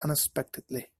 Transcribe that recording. unexpectedly